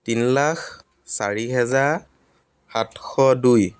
তিনি লাখ চাৰি হেজাৰ সাতশ দুই